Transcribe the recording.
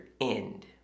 end